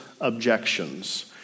objections